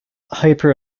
hyper